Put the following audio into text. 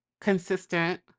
consistent